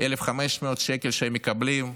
1,000 1,500 שקל שהם מקבלים,